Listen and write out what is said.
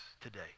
today